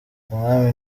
umwami